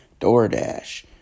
DoorDash